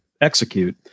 execute